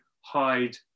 hide